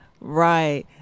Right